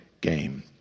game